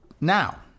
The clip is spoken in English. now